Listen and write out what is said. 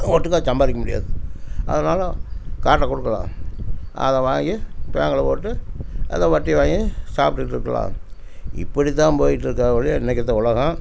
ஒட்டுக்காக சம்பாதிக்க முடியாது அதனால் காட்டை கொடுக்குறாங்க அதை வாங்கி பேங்க்கில் போட்டு ஏதோ வட்டி வாங்கி சாப்பிட்டுட்ருக்கலாம் இப்படி தான் போய்கிட்ருக்கே ஒழிய இன்றைக்கி இந்த உலகம்